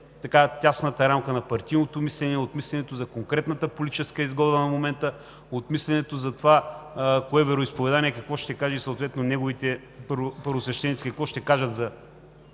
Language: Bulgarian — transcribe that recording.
тясната рамка на партийното мислене, от мисленето за конкретната политическа изгода на момента, от мисленето за това кое вероизповедание какво ще каже и съответно неговите първосвещеници какво ще кажат за